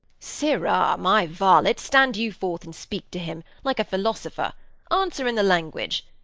sirrah, my varlet, stand you forth and speak to him, like a philosopher answer in the language.